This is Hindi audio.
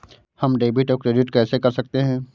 हम डेबिटऔर क्रेडिट कैसे कर सकते हैं?